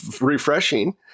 refreshing